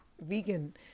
Vegan